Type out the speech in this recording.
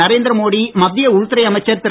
நரேந்திர மோடி மத்திய உள்துறை அமைச்சர் திரு